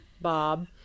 Bob